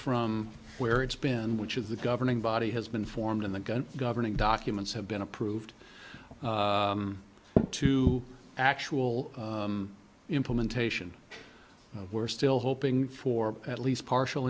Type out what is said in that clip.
from where it's been which of the governing body has been formed in the gun governing documents have been approved to actual implementation we're still hoping for at least partial